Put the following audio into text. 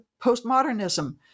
postmodernism